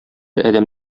адәм